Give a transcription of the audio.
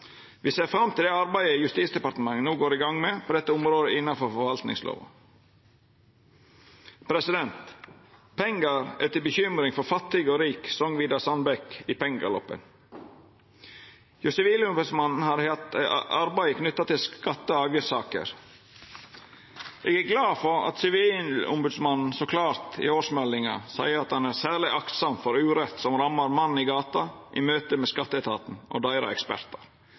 ser fram til det arbeidet Justisdepartementet no går i gang med på dette området innanfor forvaltningslova. Pengar er til bekymring for fattig og for rik, song Vidar Sandbeck i Pengegaloppen. Sivilombodsmannen har hatt eit arbeid knytt til skatte- og avgiftssaker. Eg er glad for at sivilombodsmannen så klart i årsmeldinga seier at han er særleg aktsam overfor urett som rammar mannen i gata i møte med skatteetaten og ekspertane deira.